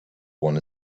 one